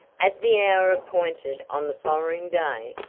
at the hour appointed on the following day,